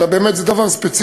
אלא באמת זה דבר ספציפי.